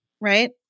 right